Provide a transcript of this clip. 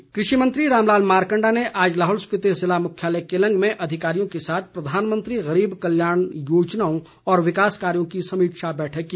मारकंडा कृषि मंत्री रामलाल मारकंडा ने आज लाहौल स्पिति जिला मुख्यालय केलंग में अधिकारियों के साथ प्रधानमंत्री गरीब कल्याण योजनाओं और विकास कार्यों की समीक्षा बैठक की